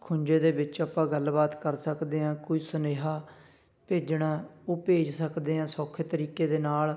ਖੁੰਜੇ ਦੇ ਵਿੱਚ ਆਪਾਂ ਗੱਲਬਾਤ ਕਰ ਸਕਦੇ ਹਾਂ ਕੋਈ ਸੁਨੇਹਾ ਭੇਜਣਾ ਉਹ ਭੇਜ ਸਕਦੇ ਹਾਂ ਸੌਖੇ ਤਰੀਕੇ ਦੇ ਨਾਲ